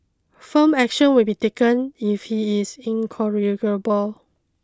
firm action will be taken if he is incorrigible